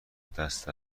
دست